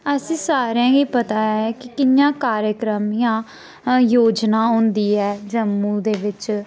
असें सारें गी पता ऐ कि कि'यां कार्यक्रम जां योजना होंदी ऐ जम्मू दे बिच्च